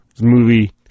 movie